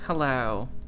Hello